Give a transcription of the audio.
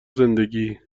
زندگی